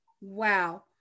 Wow